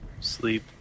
Sleep